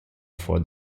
for